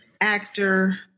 actor